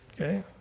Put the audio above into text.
Okay